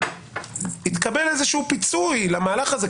התקבל איזה שהוא פיצוי למהלך הזה,